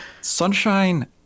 sunshine